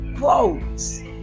quotes